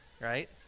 Right